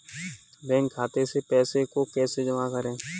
Bank खाते से पैसे को कैसे जमा करें?